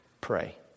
pray